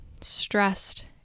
stressed